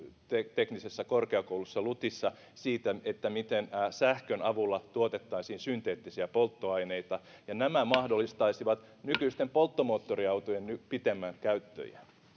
teknillisessä korkeakoulussa lutissa siitä siitä miten sähkön avulla tuotettaisiin synteettisiä polttoaineita ja nämä mahdollistaisivat nykyisten polttomoottoriautojen pitemmän käyttöiän